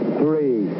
three